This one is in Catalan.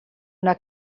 una